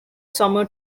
summer